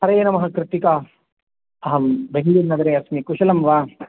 हरे नमः कृत्तिका अहं बेङ्गळूरुनगरे अस्मि कुशलं वा